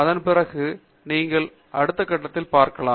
அதன்பிறகு நீங்கள் அடுத்த கட்டத்தில் பார்க்கலாம்